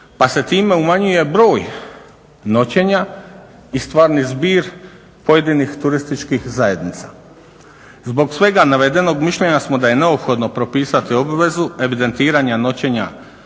pa se time umanjuje broj noćenja i stvarni zbir pojedinih turističkih zajednica. Zbog svega navedenog mišljenja smo da je neophodno propisati obvezu evidentiranja noćenja